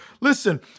listen